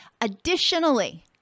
Additionally